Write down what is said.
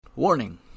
Warning